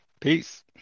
Peace